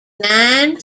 nine